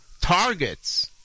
targets